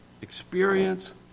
Experience